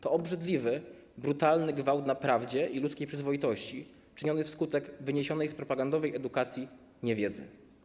To obrzydliwy, brutalny gwałt na prawdzie i ludzkiej przyzwoitości, czyniony wskutek wyniesionej z propagandowej edukacji niewiedzy.